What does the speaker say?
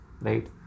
right